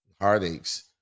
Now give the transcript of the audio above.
heartaches